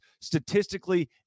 statistically